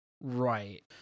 Right